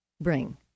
bring